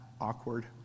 awkward